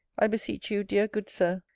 i beseech you, dear, good sir,